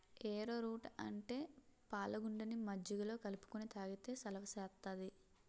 ఏరో route అంటే పాలగుండని మజ్జిగలో కలుపుకొని తాగితే సలవ సేత్తాది